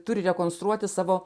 turi rekonstruoti savo